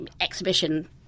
exhibition